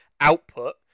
output